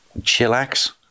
chillax